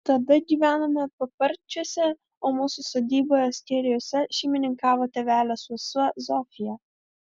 tada gyvenome paparčiuose o mūsų sodyboje skėriuose šeimininkavo tėvelio sesuo zofija